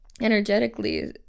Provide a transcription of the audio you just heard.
energetically